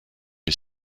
les